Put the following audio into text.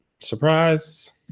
surprise